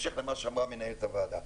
בהמשך למה שאמרה מנהלת הוועדה.